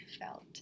felt